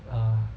err